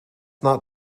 not